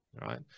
right